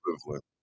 equivalent